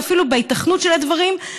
ואפילו בהיתכנות של הדברים.